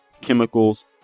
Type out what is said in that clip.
chemicals